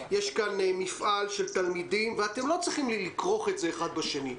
יש כאן מפעל של תלמידים ואתם לא צריכים לכרוך את זה האחד בשני,